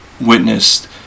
witnessed